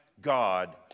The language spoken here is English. God